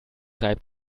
reibt